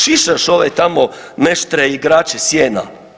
Šišaš ove tamo meštre i igrače sjena.